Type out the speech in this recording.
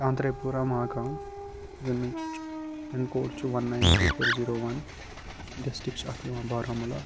تانٛترے پوٗرا ماگام ییٚمِچ pin code چھِ one nine three four zero one district چھِ اَتھ یِوان بارہمولہ